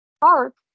park